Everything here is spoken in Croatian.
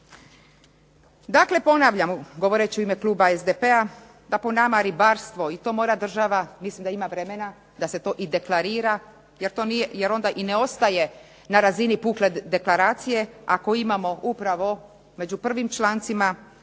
Dakle, ponavljam govoreći u ime kluba SDP-a da po nama ribarstvo i to mora država, mislim da ima vremena da se to i deklarira jer to i ne ostaje na razini puke deklaracije ako imamo upravo među prvim člancima